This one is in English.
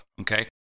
okay